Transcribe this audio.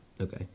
okay